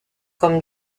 comme